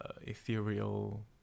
ethereal